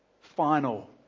final